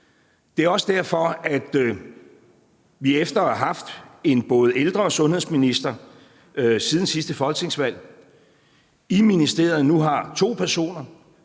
Det er også derfor, at vi efter at have haft en både ældre- og sundhedsminister siden sidste folketingsvalg i ministeriet nu har to personer,